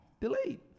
delayed